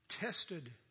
tested